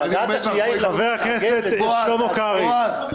בועז טופורובסקי,